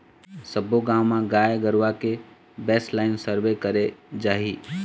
सब्बो गाँव म गाय गरुवा के बेसलाइन सर्वे करे जाही